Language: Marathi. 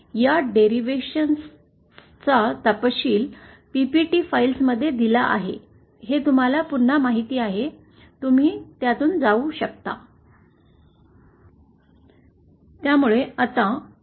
या डेरिव्हेशन्सचा तपशील PPT फाइल्समध्ये दिला आहे हे तुम्हाला पुन्हा माहीत आहे तुम्ही त्यातून जाऊ शकता